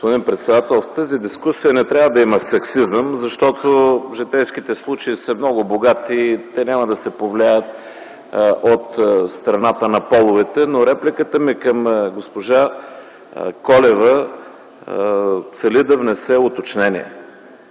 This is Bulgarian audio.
Господин председател, в тази дискусия не трябва да има сексизъм, защото житейските случаи са много богати и няма да се повлияят от страната на половете. Репликата ми към госпожа Колева цели да внесе уточнение.